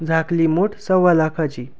झाकली मूठ सव्वा लाखाची